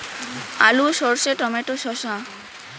আলু সর্ষে টমেটো শসা